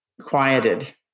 quieted